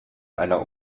einer